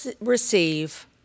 receive